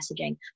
messaging